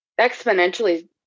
exponentially